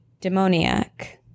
demoniac